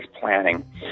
planning